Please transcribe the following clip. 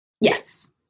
Yes